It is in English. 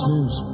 News